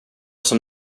som